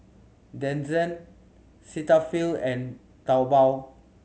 Denizen Cetaphil and Taobao